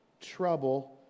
trouble